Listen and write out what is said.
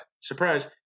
surprise